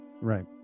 right